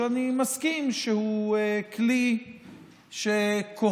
שאני מסכים שהוא כלי שכוחו